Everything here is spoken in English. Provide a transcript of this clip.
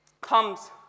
comes